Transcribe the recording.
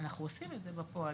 אנחנו עושים את זה בפועל.